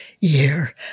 year